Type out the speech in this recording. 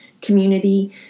community